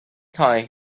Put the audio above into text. time